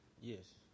Yes